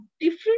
different